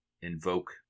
invoke